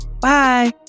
Bye